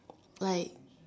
like